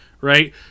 Right